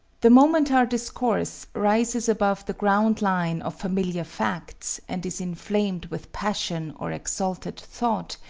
the moment our discourse rises above the ground-line of familiar facts, and is inflamed with passion or exalted thought,